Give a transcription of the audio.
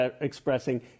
expressing